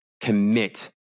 commit